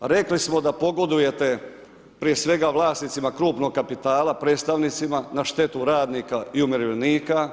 Rekli smo da pogodujete prije svega vlasnicima krupnog kapitala, predstavnicima na štetu radnika i umirovljenika.